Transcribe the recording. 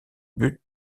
but